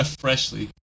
freshly